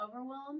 overwhelm